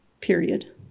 period